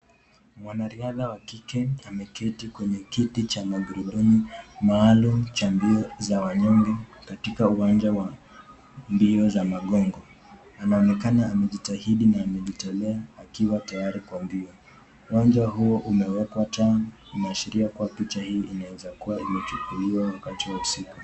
Mwanariadha wa kike ameketi kwenye kiti cha magurudumu maalum cha mbio za wanyonge katika uwanja wa mbio za magongo inaoneka amejitahidi akiwa tayari Kwa mbio. Uwanja huu umeekwa taa inayotumiwa wakati wa usiku.